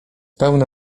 pełne